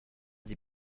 sie